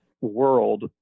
world